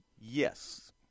Yes